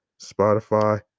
Spotify